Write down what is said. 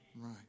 Right